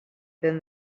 than